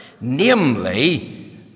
namely